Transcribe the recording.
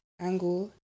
angle